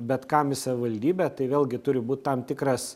bet kam į savivaldybę tai vėlgi turi būt tam tikras